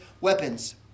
weapons